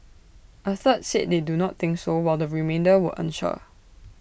A third said they do not think so while the remainder were unsure